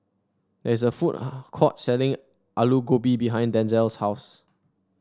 there is a food court selling Alu Gobi behind Denzell's house